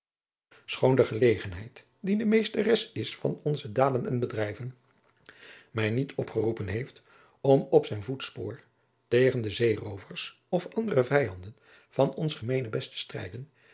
schoon de gelegenheid die de meesteres is van onze daadriaan loosjes pzn het leven van maurits lijnslager den en bedrijven mij niet opgeroepen heeft om op zijn voetspoor tegen de zeeroovers of andere vijanden van ons gemeenebest te strijden